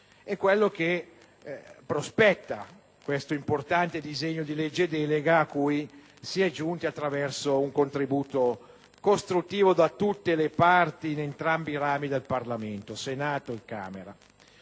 È quello che prospetta questo importante disegno di legge delega, a cui si è giunti attraverso un contributo costruttivo da tutte le parti di entrambi i rami del Parlamento, Senato e Camera.